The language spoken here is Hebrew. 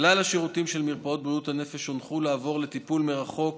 כלל השירותים של מרפאות בריאות הנפש הונחו לעבור לטיפול מרחוק